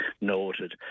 noted